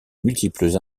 multiples